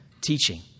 teaching